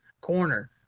corner